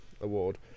award